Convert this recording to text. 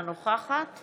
אינה נוכחת